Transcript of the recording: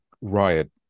riot